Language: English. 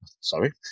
Sorry